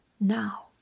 now